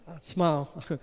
smile